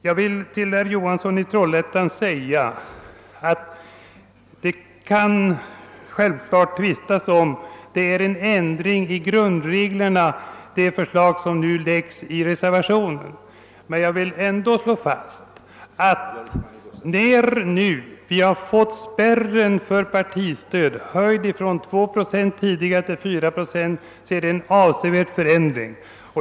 Jag vill till herr Johansson i Trollhättan säga, att man självfallet kan tvista om huruvida att det förslag som framförs i reservationen 2 innebär en ändring av grundreglerna. Jag vill ändå slå fast, att när nu spärren för partistödet höjts från 2 till 4 procent, så innebär det en avsevärd förändring.